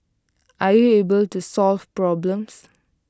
are you able to solve problems